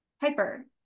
Piper